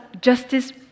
justice